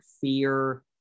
fear